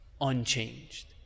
Unchanged